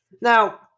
Now